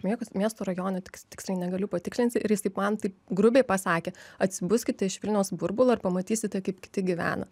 miekos miesto rajone tiks tiksliai negaliu patikslint ir jis taip man taip grubiai pasakė atsibuskite iš vilniaus burbulo ir pamatysite kaip kiti gyvena